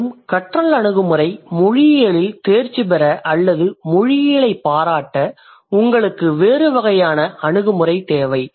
மேலும் கற்றல் அணுகுமுறை மொழியியலில் தேர்ச்சி பெற அல்லது மொழியியலைப் பாராட்ட உங்களுக்கு வேறு வகையான அணுகுமுறை தேவை